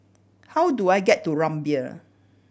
how do I get to Rumbia